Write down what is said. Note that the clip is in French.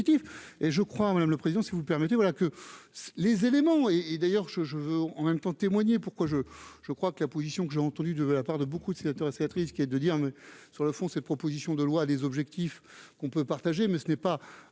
et je crois Madame le président, si vous permettez, voilà que les éléments et d'ailleurs je je veux en même temps, témoigner, pourquoi je je crois que la position que j'ai entendu de la part de beaucoup de sénateurs et sénatrices qui est de dire, mais sur le fond, cette proposition de loi, les objectifs qu'on peut partager, mais ce n'est pas